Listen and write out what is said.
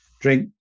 drink